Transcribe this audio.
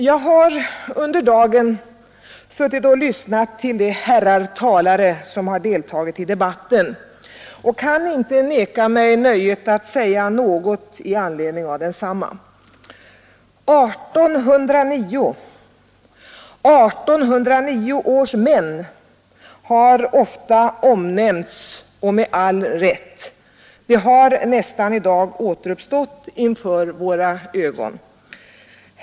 Jag har under dagen suttit och lyssnat till de herrar talare som deltagit i debatten och kan inte neka mig nöjet att säga något i anledning av densamma. Årtalet 1809 och 1809 års män har ofta omnämnts i debatten, och det med all rätt. De har i dag nästan återuppstått inför våra ögon.